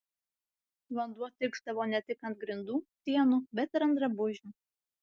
vanduo tikšdavo ne tik ant grindų sienų bet ir ant drabužių